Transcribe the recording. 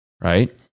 Right